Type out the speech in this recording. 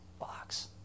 box